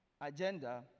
agenda